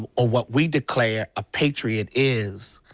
ah or what we declare a patriot is,